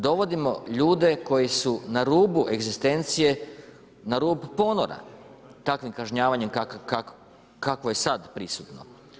Dovodimo ljude koji su na rubu egzistencije, na rubu ponora takvim kažnjavanjem kakvo je sad prisutno.